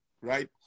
right